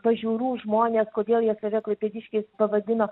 pažiūrų žmonės kodėl jie save klaipėdiškiais pavadino